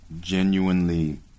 genuinely